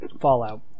Fallout